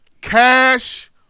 Cash